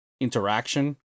interaction